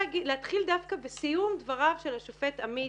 להתחיל דווקא בסיום דבריו של השופט עמית: